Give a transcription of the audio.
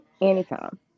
Anytime